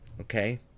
Okay